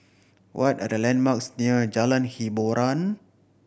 what are the landmarks near Jalan Hiboran